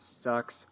sucks